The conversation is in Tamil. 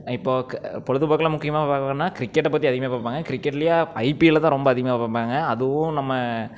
இப்போது பொழுதுபோக்கில் முக்கியமாக பார்க்க போனால் கிரிக்கெட்டை பற்றி அதிகமாக பார்ப்பாங்க கிரிக்கெட்லேயே ஐபிஎல்லை தான் ரொம்ப அதிகமாக பார்ப்பாங்க அதுவும் நம்ம